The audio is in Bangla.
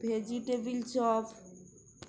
vegetable chop